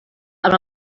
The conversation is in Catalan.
amb